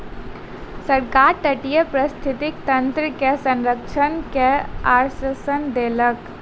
सरकार तटीय पारिस्थितिकी तंत्र के संरक्षण के आश्वासन देलक